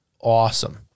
awesome